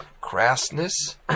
crassness